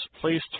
please